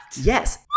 Yes